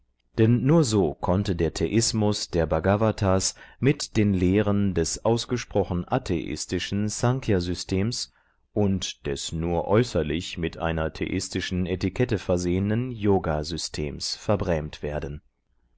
denn nur so konnte der theismus der bhgavatas mit den lehren des ausgesprochen atheistischen snkhya systems und des nur äußerlich mit einer theistischen etikette versehenen yoga systems verbrämt werden